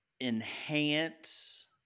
enhance